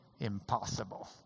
impossible